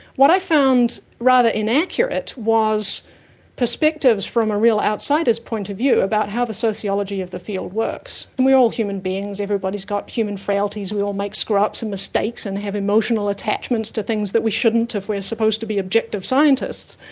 what i found rather inaccurate was perspectives from a real outsider's point of view about how the sociology of the field works. and we're all human beings, everybody's got human frailties, we all make screw-ups and mistakes and have emotional attachments to things that we shouldn't if we're supposed to be objective scientists,